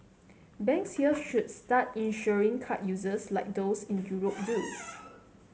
banks here should start insuring card users like those in Europe do